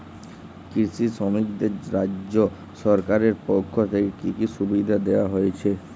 কৃষি শ্রমিকদের রাজ্য সরকারের পক্ষ থেকে কি কি সুবিধা দেওয়া হয়েছে?